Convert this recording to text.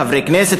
חברי כנסת,